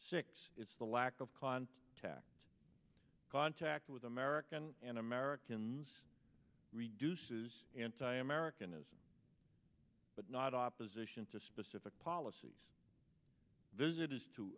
six it's the lack of client tact contact with american and americans reduces anti americanism but not opposition to specific policies